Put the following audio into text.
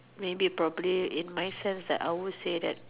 maybe probably in my sense that I will say that